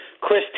Chris